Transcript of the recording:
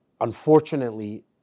Unfortunately